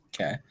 Okay